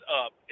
up